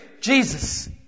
Jesus